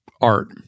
art